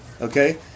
Okay